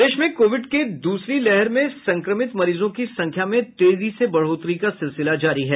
प्रदेश में कोविड के दूसरी लहर में संक्रमित मरीजों की संख्या में तेजी से बढ़ोतरी का सिलसिला जारी है